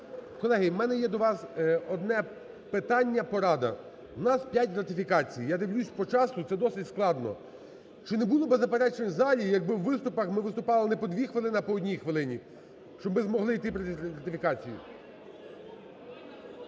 Колеги, у мене є до вас одне питання-порада. У нас п'ять ратифікацій. Я дивлюсь, по часу це досить складно. Чи не було би заперечень в залі, якби у виступах ми виступали не по дві хвилини, а по одній хвилині, щоб ми змогли пройти ці ратифікації.